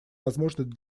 возможность